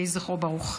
יהי זכרו ברוך.